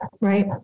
right